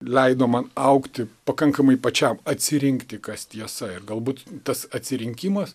leido man augti pakankamai pačiam atsirinkti kas tiesa ir galbūt tas atsirinkimas